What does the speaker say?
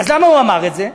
אז למה הוא אמר את זה?